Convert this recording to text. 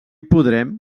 podrem